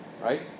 Right